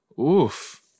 Oof